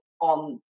on